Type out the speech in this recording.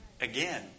Again